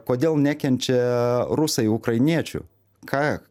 kodėl nekenčia rusai ukrainiečių ką